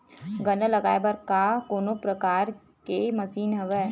गन्ना लगाये बर का कोनो प्रकार के मशीन हवय?